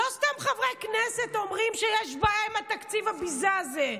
לא סתם חברי כנסת אומרים שיש בעיה עם תקציב הביזה הזה.